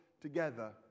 together